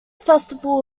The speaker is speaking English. festival